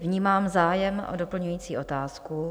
Vnímám zájem o doplňující otázku.